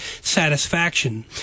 satisfaction